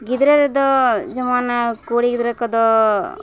ᱜᱤᱫᱽᱨᱟᱹ ᱨᱮᱫᱚ ᱡᱮᱢᱚᱱ ᱠᱩᱲᱤ ᱜᱤᱫᱽᱨᱟᱹ ᱠᱚᱫᱚ